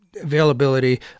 availability